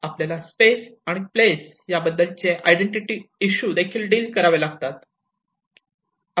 आपल्याला स्पेस आणि प्लेस याबद्दलच्या आयडेंटिटी इशू देखील डिल करावे लागतात